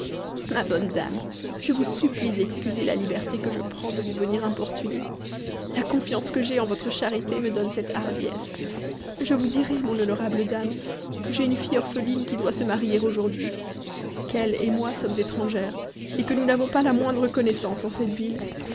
ma bonne dame je vous supplie d'excuser la liberté que je prends de vous venir importuner la confiance que j'ai en votre charité me donne cette hardiesse je vous dirai mon honorable dame que j'ai une fille orpheline qui doit se marier aujourd'hui qu'elle et moi sommes étrangères et que nous n'avons pas la moindre connaissance en cette ville